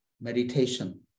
meditation